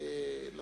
אני